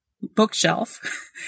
bookshelf